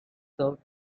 served